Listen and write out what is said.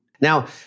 now